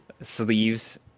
sleeves